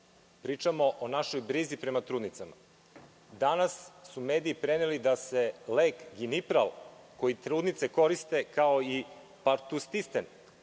pričamo o našoj brizi prema trudnicama. Danas su mediji preneli da se lek ginipral koji trudnice koriste kao i partustistenpovlače